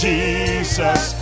Jesus